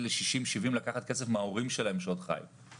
60 או 70 לקחת כסף מן ההורים שלהם שעוד חיו.